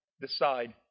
decide